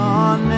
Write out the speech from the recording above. on